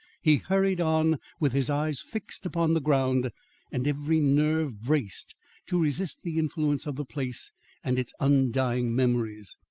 he hurried on with his eyes fixed upon the ground and every nerve braced to resist the influence of the place and its undying memories.